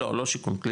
לא, לא שיכון, קליטה,